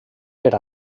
per